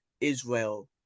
Israel